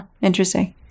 Interesting